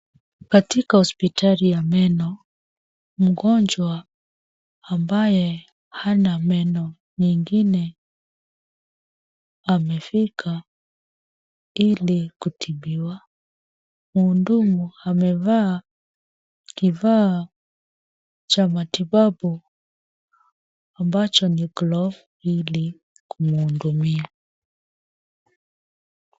Katika hospitali ya meno mgonjwa ambaye hana meno mengine amefika ili kutibiwa. Mhudumu amevaa kifaa cha matibabu ambacho ni glove ili kumhudumia.